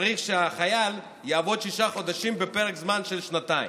צריך שהחייל יעבוד שישה חודשים בפרק זמן של שנתיים.